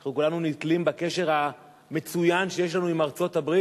אנחנו כולנו נתלים בקשר המצוין שיש לנו עם ארצות-הברית,